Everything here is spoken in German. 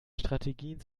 strategien